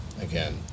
Again